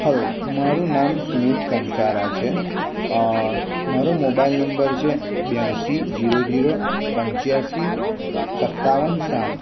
hello મારૂં નામ સ્મિત કંસારા છે મારો મોબાઇલ નંબર છે બ્યાંશી ઝીરો ઝીરો પંચ્યાશી સત્તાવન સાત